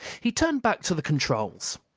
he turned back to the controls.